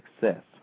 success